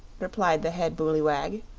replied the head booleywag.